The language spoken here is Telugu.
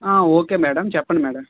ఒకే మేడం చెప్పండి మేడం